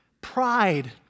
pride